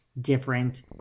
different